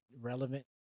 relevant